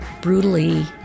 brutally